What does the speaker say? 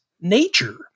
nature